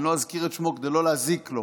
אני לא אזכיר את שמו כדי לא להזיק לו,